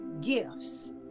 gifts